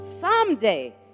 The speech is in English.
Someday